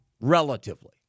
relatively